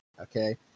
okay